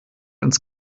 ins